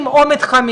אין בעיה,